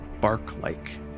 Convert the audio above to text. bark-like